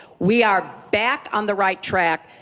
we are back on the right track.